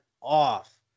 off